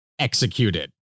executed